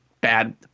bad